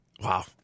Wow